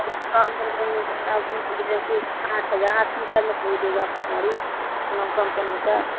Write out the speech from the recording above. बहुत कम में दे रहे हैं आठ हज़ार में कौन देगा आपको साड़ी पूनम कम्पनी का